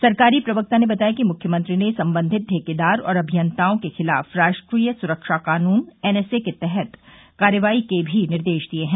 सरकारी प्रवक्ता ने बताया कि मुख्यमंत्री ने संबंधित ठेकेदार और अभियंताओं के खिलाफ राष्ट्रीय सुरक्षा कानून एनएसए के अन्तर्गत कर्रवाई के भी निर्देश दिये हैं